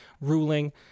ruling